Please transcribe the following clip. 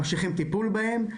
ממשיכים טיפול בהם.